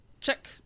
check